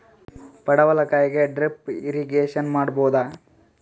ಪಡವಲಕಾಯಿಗೆ drip irrigation ಮಾಡಬೋದ?